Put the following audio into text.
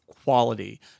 quality